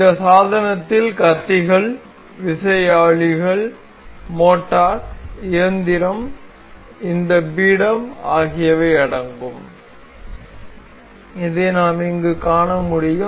இந்த சாதனத்தில் கத்திகள் விசையாழிகள் மோட்டார் இயந்திரம் இந்த பீடம் ஆகியவை அடங்கும் இதை நாம் இங்கு காண முடியும்